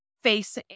face